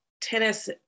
tennis